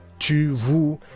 tu vous,